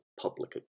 public